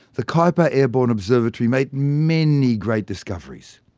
the kuiper airborne observatory made many great discoveries.